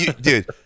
Dude